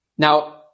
Now